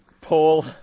Paul